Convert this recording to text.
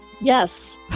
Yes